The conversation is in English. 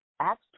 Acts